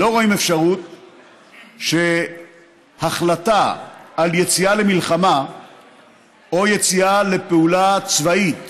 אנחנו לא רואים אפשרות שהחלטה על יציאה למלחמה או יציאה לפעולה צבאית